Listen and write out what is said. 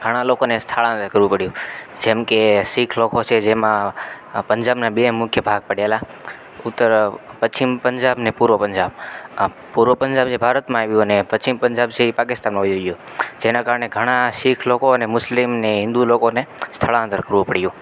ઘણા લોકોને સ્થળાંતર કરવું પડ્યું જેમ કે શીખ લોકો છે જેમાં પંજાબના બે મુખ્ય ભાગ પડેલા ઉત્તર પશ્ચિમ પંજાબ અને પૂર્વ પંજાબ પૂર્વ પંજાબ એ ભારતમાં આવ્યું અને પશ્ચિમ પંજાબ છે એ પાકિસ્તાનમાં વહી ગયું જેના કારણે ઘણા શીખ લોકો અને મુસ્લિમ અને હિન્દુ લોકોને સ્થળાંતર કરવું પડ્યું